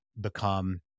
become